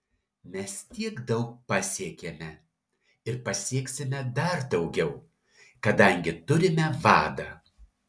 mes tiek daug pasiekėme ir pasieksime dar daugiau kadangi turime vadą